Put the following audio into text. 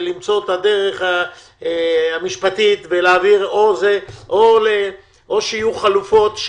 למצוא את הדרך המשפטית ולהעביר את זה או שיהיו חלופות,